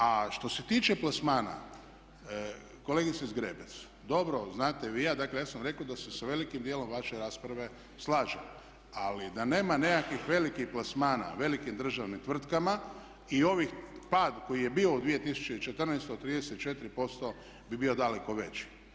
A što se tiče plasmana, kolegice Zgrebec, dobro znate vi, a dakle ja sam rekao da se sa velikim dijelom vaše rasprave slažem, ali da nema nekakvih velikih plasmana u velikim državnim tvrtkama i ovaj pad koji je bio u 2014. od 34% bi bio daleko veći.